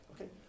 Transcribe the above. Okay